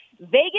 Vegas